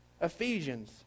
ephesians